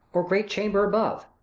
or great chamber above.